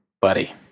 buddy